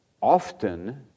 often